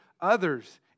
others